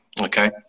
okay